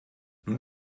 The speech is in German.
nun